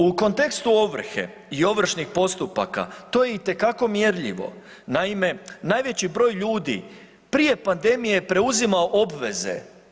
U kontekstu ovrhe i ovršnih postupaka to je itekako mjerljivo, naime najveći broj ljudi prije pandemije je preuzimao obveze.